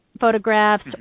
photographs